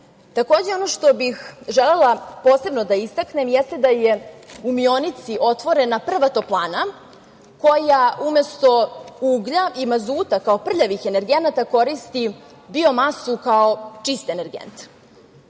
Takođe, ono što bih želela posebno da istaknem jeste da je u Mionici otvorena prva toplana koja umesto uglja i mazuta kao prljavih energenata koristi bio masu kao čist energent. Ono